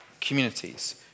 communities